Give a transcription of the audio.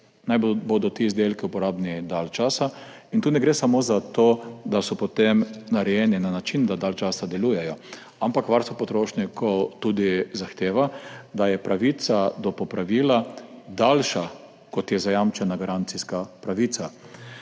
naj bodo ti izdelki uporabni dalj časa. Tu ne gre samo za to, da so potem narejeni na način, da dalj časa delujejo, ampak varstvo potrošnikov tudi zahteva, da je pravica do popravila daljša, kot je zajamčena garancijska pravica.